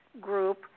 group